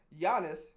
Giannis